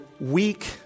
weak